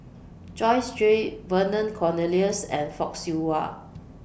Joyce Jue Vernon Cornelius and Fock Siew Wah